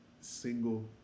single